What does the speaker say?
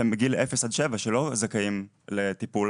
שהם בגילאי 0-7 ולא זכאים טיפול.